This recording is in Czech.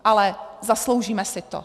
Ale zasloužíme si to.